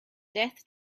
death